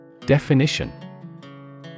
Definition